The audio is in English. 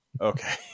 Okay